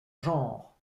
genre